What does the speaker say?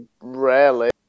rarely